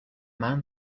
man